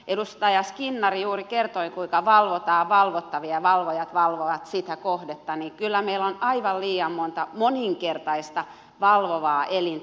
edustaja skinnari juuri kertoi kuinka valvotaan valvottavia ja valvojat valvovat sitä kohdetta niin että kyllä meillä on aivan liian monta moninkertaista valvovaa elintä